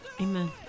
Amen